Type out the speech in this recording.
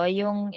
yung